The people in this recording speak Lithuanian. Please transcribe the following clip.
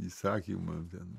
įsakymam ten